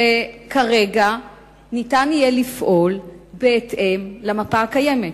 וכרגע ניתן יהיה לפעול בהתאם למפה הקיימת.